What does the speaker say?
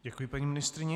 Děkuji paní ministryni.